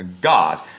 god